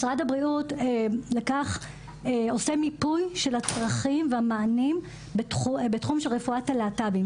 משרד הבריאות עושה מיפוי של הצרכים והמענים בתחום של רפואת הלהט"בים.